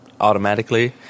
automatically